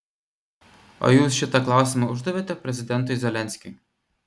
o jūs šitą klausimą uždavėte prezidentui zelenskiui